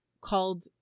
called